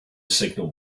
signal